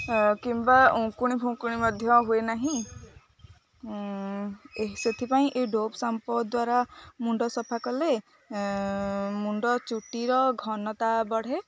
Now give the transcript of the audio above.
କିମ୍ବା ଉଙ୍କୁଣିଫୁଙ୍କୁଣି ମଧ୍ୟ ହୁଏ ନାହିଁ ଏହି ସେଥିପାଇଁ ଏ ଡ଼ୋଭ୍ ସାମ୍ପୋ ଦ୍ୱାରା ମୁଣ୍ଡ ସଫା କଲେ ମୁଣ୍ଡ ଚୁଟିର ଘନତା ବଢ଼େ